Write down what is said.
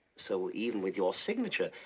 so even with your signature,